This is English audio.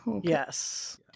Yes